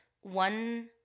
one